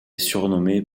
surnommé